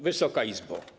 Wysoka Izbo!